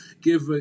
give